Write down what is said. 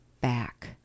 back